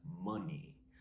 money